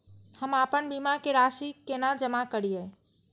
हम आपन बीमा के राशि केना जमा करिए?